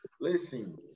listen